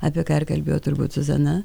apie ką ir kalbėjo turbūt zuzana